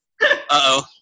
Uh-oh